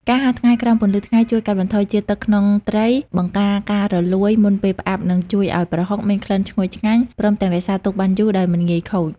ការហាលត្រីក្រោមពន្លឺថ្ងៃជួយកាត់បន្ថយជាតិទឹកក្នុងត្រី បង្ការការរលួយមុនពេលផ្អាប់ និងជួយឱ្យប្រហុកមានក្លិនឈ្ងុយឆ្ងាញ់ ព្រមទាំងរក្សាទុកបានយូរដោយមិនងាយខូច។